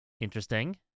Interesting